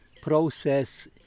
process